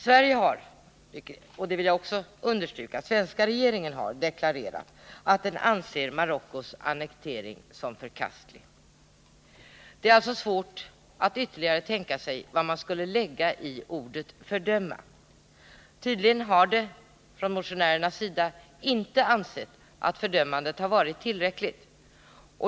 Jag vill även understryka att den svenska regeringen har deklarerat att den anser Marockos annektering vara förkastlig. Det är alltså svårt att tänka sig vad man ytterligare skulle lägga i ordet ”fördöma”. Tydligen har motionärerna inte ansett att fördömandet har varit tillräckligt.